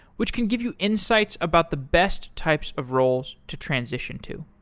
which can give you insights about the best types of roles to transition to.